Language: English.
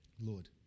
Lord